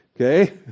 Okay